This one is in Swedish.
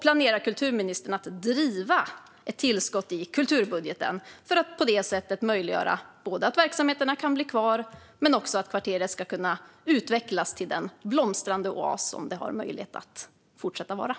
Planerar kulturministern att driva ett tillskott i kulturbudgeten för att möjliggöra både att verksamheterna blir kvar och att kvarteret ska utvecklas till den blomstrande oas som det har möjlighet att fortsätta att vara?